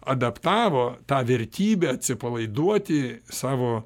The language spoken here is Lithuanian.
adaptavo tą vertybę atsipalaiduoti savo